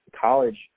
college